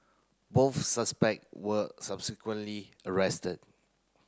both suspect were subsequently arrested